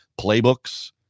playbooks